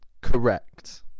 Correct